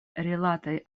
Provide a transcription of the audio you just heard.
rilataj